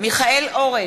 מיכאל אורן,